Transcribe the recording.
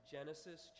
Genesis